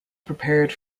prepared